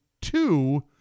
two